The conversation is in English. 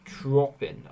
dropping